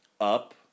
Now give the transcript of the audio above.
Up